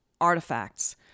artifacts